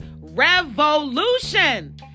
revolution